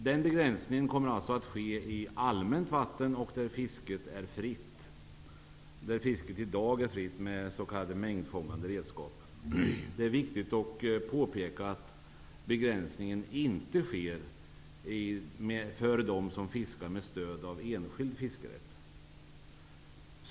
Den begränsningen kommer alltså att ske i allmänt vatten, där fisket med s.k. mängdfångande redskap i dag är fritt. Det är viktigt att påpeka att begränsningen inte sker för dem som fiskar med stöd av enskild fiskerätt.